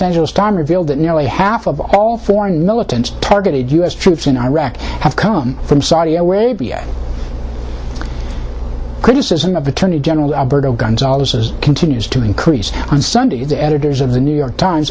angeles times revealed that nearly half of all foreign militants targeted u s troops in iraq have come from saudi arabia criticism of attorney general alberto gonzales's continues to increase on sunday the editors of the new york times